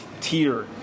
tier